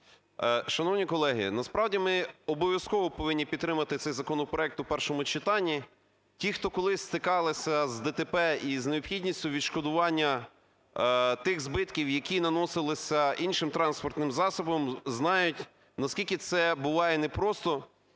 Шановні колеги, насправді ми обов'язково повинні підтримати цей законопроект у першому читанні. Ті, хто колись стикалися з ДТП і з необхідністю відшкодування тих збитків, які наносилися іншим транспортним засобом, знають наскільки це буває непросто.